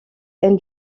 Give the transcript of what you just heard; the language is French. haine